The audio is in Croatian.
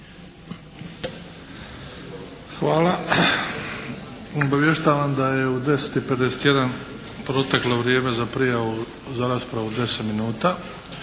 Hvala. Obavještavam da je u 10 i 51 proteklo vrijeme za prijavu za raspravu od 10 minuta.